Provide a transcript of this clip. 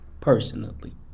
personally